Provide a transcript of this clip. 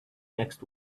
next